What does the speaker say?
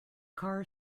car